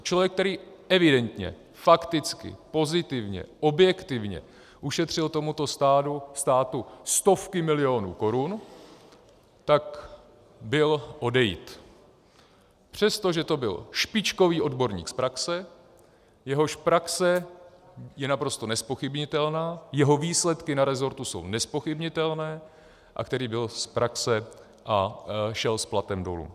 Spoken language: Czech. Člověk, který evidentně, fakticky, pozitivně, objektivně ušetřil tomuto státu stovky milionů korun, byl odejit, přestože to byl špičkový odborník z praxe, jehož praxe je naprosto nezpochybnitelná, jeho výsledky na resortu jsou nezpochybnitelné, a který byl z praxe a šel s platem dolů.